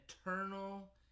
eternal